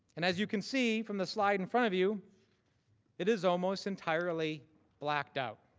and as you can see from the slide in front of you it is almost entirely blacked out.